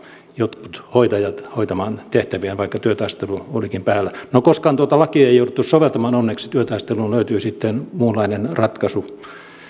jotkut hoitajat hoitamaan tehtäviään vaikka työtaistelu olikin päällä no koskaan tuota lakia ei jouduttu soveltamaan onneksi työtaisteluun löytyi sitten muunlainen ratkaisu